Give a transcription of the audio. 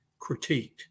critiqued